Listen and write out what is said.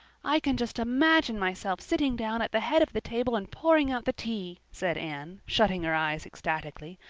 i can just imagine myself sitting down at the head of the table and pouring out the tea, said anne, shutting her eyes ecstatically.